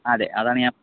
അതെ അതാണ് ഞാൻ